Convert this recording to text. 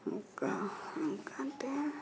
ఇంకా ఇంకా అంటే